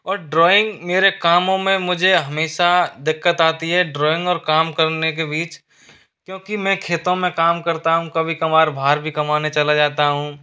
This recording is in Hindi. और ड्राइंग मेरे कामों में मुझे हमेशा दिक्कत आती है ड्राइंग और काम करने के बीच क्योंकि मैं खेतों में काम करता हूँ कभी कभार भी कमाने चला जाता हूं